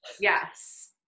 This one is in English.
Yes